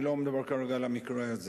אני לא מדבר כרגע על המקרה הזה,